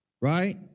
right